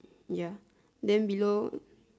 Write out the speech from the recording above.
ya then below